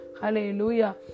Hallelujah